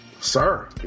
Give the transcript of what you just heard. sir